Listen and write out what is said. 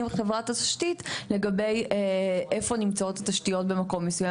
חברת התשתית לגבי איפה נמצאות התשתיות במקום מסוים.